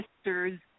Sisters